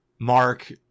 Mark